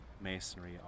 masonry